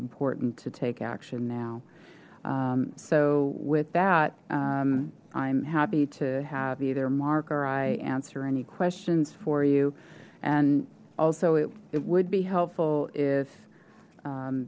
important to take action now so with that i'm happy to have either mark or i answer any questions for you and also it would be helpful if